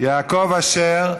יעקב אשר,